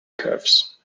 curves